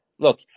Look